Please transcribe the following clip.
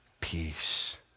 peace